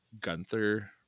Gunther